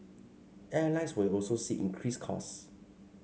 airlines will also see increased costs